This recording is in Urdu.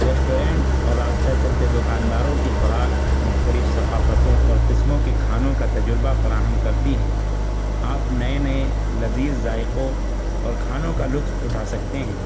ریسٹورینٹ اور راستہ چلتے دکانداروں کی خوراک مختلف ثقافتوں اور قسموں کی کھانوں کا تجربہ فراہم کرتی ہیں آپ نئے نئے لذیذ ذائقوں اور کھانوں کا لطف اٹھا سکتے ہیں